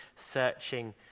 searching